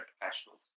professionals